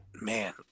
man